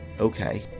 Okay